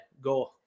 go